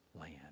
land